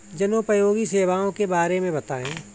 जनोपयोगी सेवाओं के बारे में बताएँ?